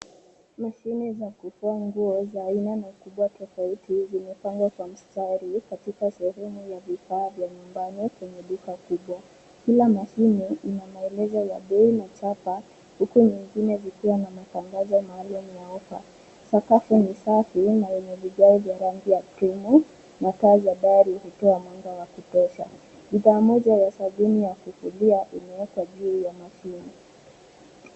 Mashine za kufua nguo za aina na ukubwa tofauti, zimepangwa kwa mstari katika sehemu ya vifaa vya nyumbani kwenye duka kubwa. Kila mashine inamaelezo ya bei na chapa, huku nyingine zikiwa na matangazo maalumu ya offer . Sakafu ni safi na yenye vigae vya rangi ya krimu na taa za dari zikitoa mwanga wa kutosha. Bidhaa moja ya sabuni ya kufulia imewekwa juu ya mashine.